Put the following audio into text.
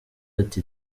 ati